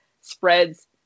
spreads